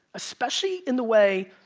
especially in the way,